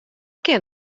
kin